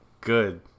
Good